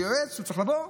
הוא יועץ והוא צריך לבוא,